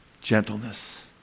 gentleness